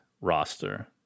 roster